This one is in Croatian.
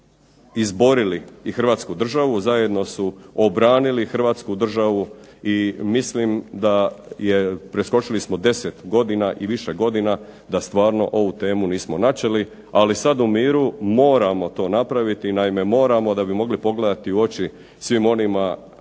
izborili i Hrvatsku državu, zajedno su obranili Hrvatsku državu i mislim da je preskočili smo 10 godina i više godina da stvarno ovu temu nismo načeli. Ali sad u miru moramo to napraviti. Naime, moramo da bi mogli pogledati u oči svim onima,